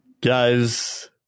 guys